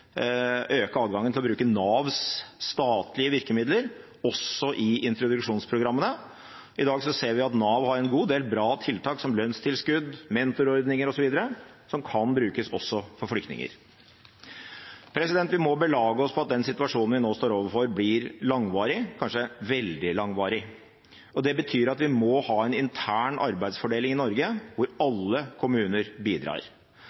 til å bruke Navs statlige virkemidler, også i introduksjonsprogrammene. I dag ser vi at Nav har en god del bra tiltak, som lønnstilskudd, mentorordninger osv., som kan brukes også for flyktninger. Vi må belage oss på at den situasjonen vi nå står overfor, blir langvarig, kanskje veldig langvarig. Det betyr at vi må ha en intern arbeidsfordeling i Norge hvor alle kommuner bidrar.